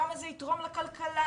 כמה זה יתרום לכלכלה,